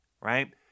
right